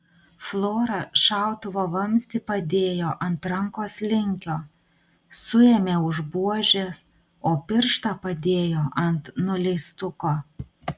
flora šautuvo vamzdį padėjo ant rankos linkio suėmė už buožės o pirštą padėjo ant nuleistuko